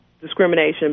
discrimination